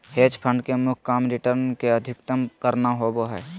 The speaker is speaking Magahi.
हेज फंड के मुख्य काम रिटर्न के अधीकतम करना होबो हय